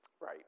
Right